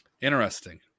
Interesting